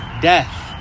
death